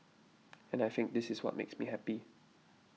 and I think this is what makes me happy